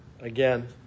again